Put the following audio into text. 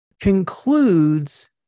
concludes